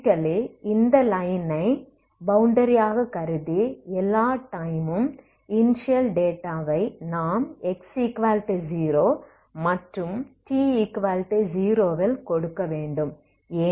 physically இந்த லைனை boundary ஆக கருதி எல்லா டைமும் இனிஷியல் டேட்டாவை நாம்x0 மற்றும் t0 ல் கொடுக்க வேண்டும்